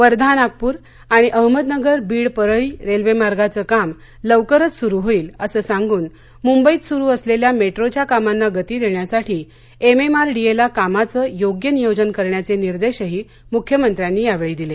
वर्धा नागपूर आणि अहमदनगर बीड परळी रेल्वेमार्गाचे काम लवकरच सुरु होईल असं सांगून मुंबईत सुरु असलेल्या मेट्रोच्या कामांना गती देण्यासाठी एमएमआरडीए ला कामाचं योग्य नियोजन करण्याचे निदेशही मुख्यमंत्र्यांनी यावेळी दिले